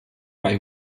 bei